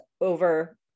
over